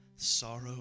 sorrow